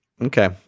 Okay